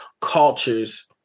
cultures